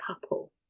couple